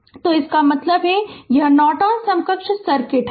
Refer Slide Time 2238 तो इसका मतलब है यह नॉर्टन समकक्ष सर्किट है